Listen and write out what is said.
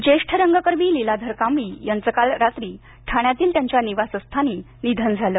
निधन ज्येष्ठ रंगकर्मी लीलाधर कांबळी यांचं काल रात्री ठाण्यातील त्यांच्या निवासस्थानी निधन झालं